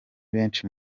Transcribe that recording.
benshi